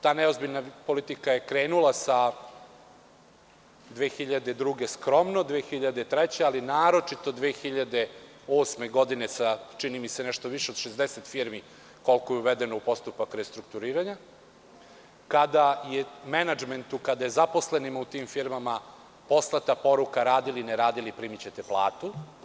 Ta neozbiljna politika je krenula 2002. godine skromno, 2003. godine, ali naročito 2008. godine sa čini mi se više od 60 firmi koliko je uvedeno u postupak restrukturiranja, kada je zaposlenima u tim firmama poslata poruka – radili, ne radili primićete platu.